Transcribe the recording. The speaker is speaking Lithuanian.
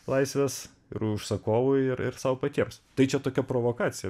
laisvės ir užsakovui ir ir sau patiems tai čia tokia provokacija